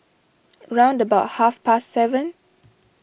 round about half past seven